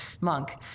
monk